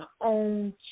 own